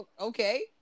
okay